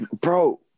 bro